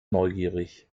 neugierig